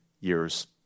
years